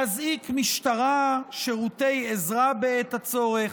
להזעיק משטרה או שירותי עזרה בעת הצורך,